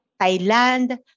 Thailand